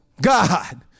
God